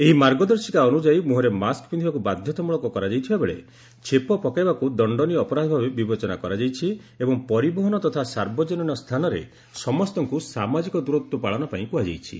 ଏହି ମାର୍ଗଦର୍ଶିକା ଅନୁଯାୟୀ ମୁହଁରେ ମାସ୍କ ପିନ୍ଧିବାକୁ ବାଧ୍ୟତାମୂଳକ କରାଯାଇଥିବାବେଳେ ଛେପ ପକାଇବାକୁ ଦଣ୍ଡନୀୟ ଅପରାଧ ଭାବେ ବିବେଚନା କରାଯାଇଛି ଏବଂ ପରିବହନ ତଥା ସାର୍ବଜନୀନ ସ୍ଥାନରେ ସମସ୍ତଙ୍କୁ ସାମାଜିକ ଦୂରତ୍ୱ ପାଳନ ପାଇଁ କୁହାଯାଇଛି